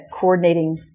coordinating